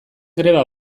greba